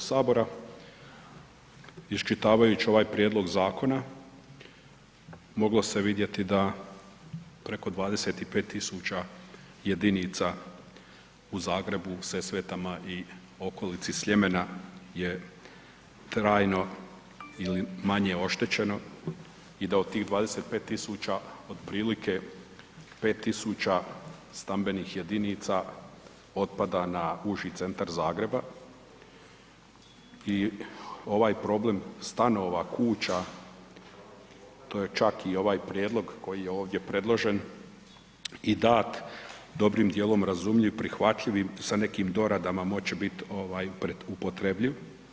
Poštovani g. dopredsjedniče HS, iščitavajući ovaj prijedlog zakona moglo se vidjeti da preko 25 000 jedinica u Zagrebu, Sesvetama i okolici Sljemena je trajno ili manje oštećeno i da od tih 25 000 otprilike 5000 stambenih jedinica otpada na uži centar Zagreba i ovaj problem stanova, kuća, to je čak i ovaj prijedlog koji je ovdje predložen i dat, dobrim dijelom razumljiv, prihvatljiv i sa nekim doradama moći će bit upotrebljiv.